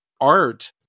art